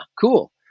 cool